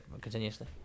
continuously